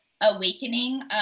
awakening